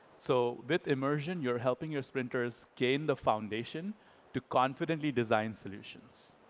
so with immersion, you're helping your sprinters gain the foundation to confidently design solutions.